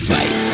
Fight